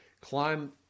climb